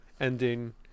ending